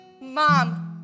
mom